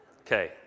Okay